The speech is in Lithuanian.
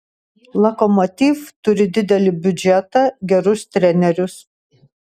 lokomotiv turi didelį biudžetą gerus trenerius